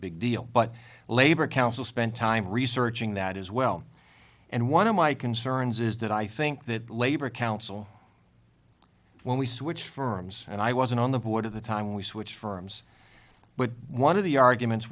a big deal but labor council spent time researching that as well and one of my concerns is that i think that labor council when we switched firms and i wasn't on the board of the time we switched firms but one of the arguments